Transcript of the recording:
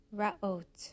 Raot